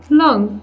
long